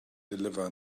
deliver